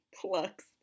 plucks